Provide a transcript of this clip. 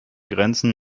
grenzen